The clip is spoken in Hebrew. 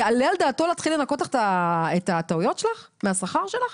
יעלה על דעתו להתחיל לנכות לך את הטעויות מהשכר שלך?